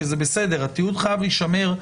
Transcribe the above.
כי זה בסדר התיעוד חייב להישמר,